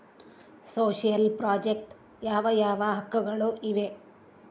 Social project ಯಾವ ಯಾವ ಹಕ್ಕುಗಳು ಇವೆ?